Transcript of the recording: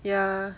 ya